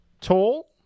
tall